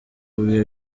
bihe